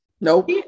nope